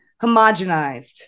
homogenized